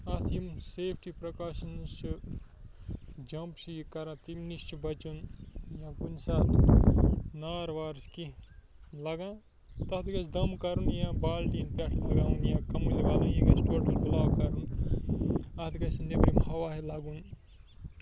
اَتھ یِم safety precautions چھِ جَمپ چھِ یہِ کَران تَمہِ نِش چھِ بَچُن یا کُنہِ ساتہٕ نار وار کینٛہہ لَگان تَتھ گژھِ دَم کَرُن یا بالٹیٖن پٮ۪ٹھٕ لَگاوُن یا کَمٕلۍ وَلٕںۍ یہِ گژھِ ٹوٹَل بٕلاک کَرُن اَتھ گژھِ نہٕ نٮ۪برِم ہوا لَگُن